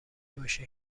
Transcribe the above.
باشه